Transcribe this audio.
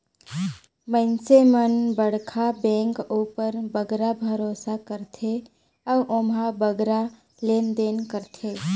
मइनसे मन बड़खा बेंक उपर बगरा भरोसा करथे अउ ओम्हां बगरा लेन देन करथें